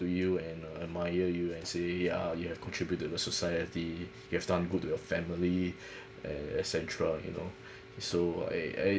to you and uh admire you and say ya you have contributed to society you have done good to your family and etcetera you know so I I